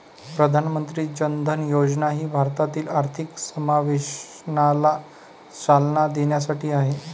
प्रधानमंत्री जन धन योजना ही भारतातील आर्थिक समावेशनाला चालना देण्यासाठी आहे